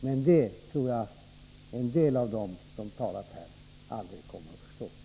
Men det tror jag vissa av dem som talat här aldrig kommer att förstå.